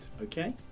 Okay